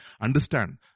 understand